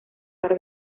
par